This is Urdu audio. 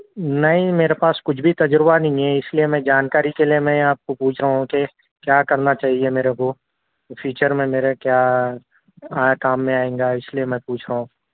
نہیں میرے پاس کچھ بھی تجربہ نہیں ہے اس لیے میں جانکاری کے لیے میں آپ کو پوچھ رہا ہوں کہ کیا کرنا چاہیے کہ میرے کو فیوچر میں میرے کیا کام میں آئینگا اس لیے میں پوچھ رہا ہوں